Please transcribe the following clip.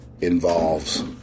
involves